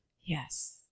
yes